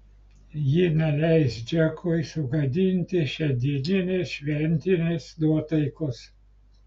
ji neleis džekui sugadinti šiandieninės šventinės nuotaikos